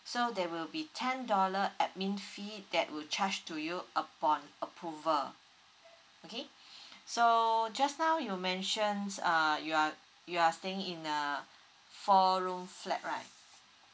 so there will be ten dollar admin fee that would charge to you upon approval okay so just now you mentions uh you are you are staying in a four room flat right